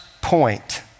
point